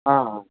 ಹಾಂ ಹಾಂ